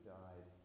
died